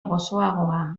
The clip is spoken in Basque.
gozoagoa